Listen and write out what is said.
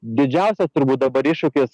didžiausias turbūt dabar iššūkis